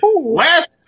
last